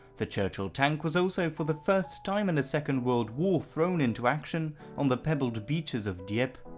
the churchill tank was also for the first time in the second world war thrown into action on the pebbled beaches of dieppe.